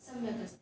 सम्यकस्ति